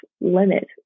limit